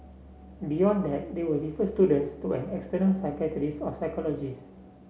beyond that they will refer students to an external psychiatrist or psychologist